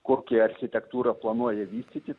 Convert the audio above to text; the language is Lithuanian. kokią architektūrą planuoja vystyti